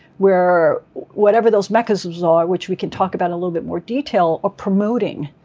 where whatever those mechanisms are, which we can talk about a little bit more detail are promoting,